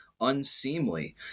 unseemly